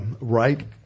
right